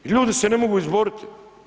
Ljudi se ne mogu izboriti.